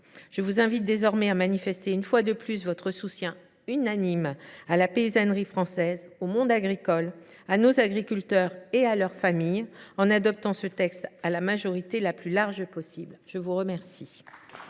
Je vous invite désormais à manifester une fois de plus votre soutien unanime à la paysannerie française, au monde agricole, à nos agriculteurs et à leurs familles, en adoptant ce texte à la majorité la plus large possible. La parole